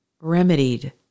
remedied